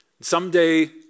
Someday